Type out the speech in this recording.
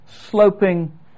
sloping